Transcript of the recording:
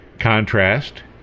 contrast